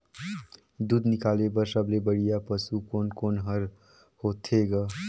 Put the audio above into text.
दूध निकाले बर सबले बढ़िया पशु कोन कोन हर होथे ग?